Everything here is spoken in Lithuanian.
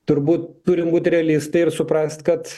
turbūt turim būt realistai ir suprast kad